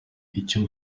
icyo